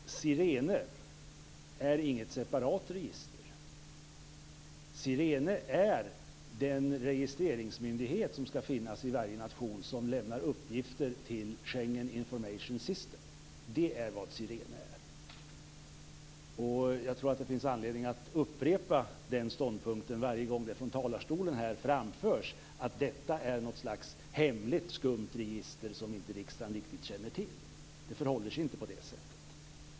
Fru talman! SIRENE är inte något separat register. SIRENE är den registreringsmyndighet som skall finnas i varje nation och som skall lämna uppgifter till Schengen Information System. Det är vad SIRENE är. Jag tror att det finns anledning att upprepa detta varje gång som det från talarstolen framförs att detta är något slags hemligt och skumt register som riksdagen inte riktigt känner till. Det förhåller sig inte på det sättet.